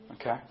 Okay